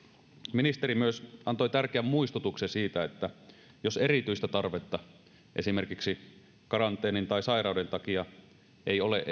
ministeri myös antoi tärkeän muistutuksen siitä että jos erityistä tarvetta esimerkiksi karanteenin tai sairauden takia ei ole